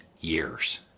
years